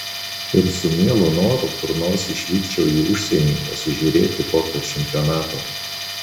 ir su mielu noru kur nors išvykčiau į užsienį pasižiūrėti kokio čempionato